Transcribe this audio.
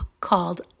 called